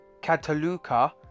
Cataluca